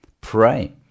Pray